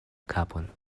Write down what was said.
kapon